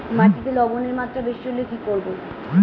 মাটিতে লবণের মাত্রা বেশি হলে কি করব?